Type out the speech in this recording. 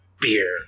beer